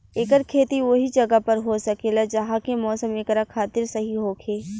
एकर खेती ओहि जगह पर हो सकेला जहा के मौसम एकरा खातिर सही होखे